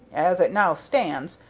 as it now stands,